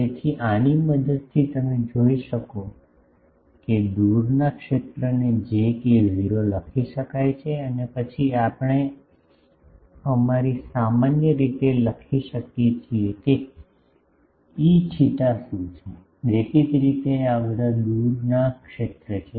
તેથી આની મદદથી તમે જોઈ શકો છો કે દૂરના ક્ષેત્રને j k0 લખી શકાય છે અને પછી આપણે અમારી સામાન્ય રીતે લખી શકીએ છીએ Eθ શું છે દેખીતી રીતે આ બધા દૂરના ક્ષેત્ર છે